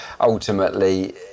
ultimately